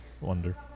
Wonder